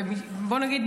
ובואו נגיד,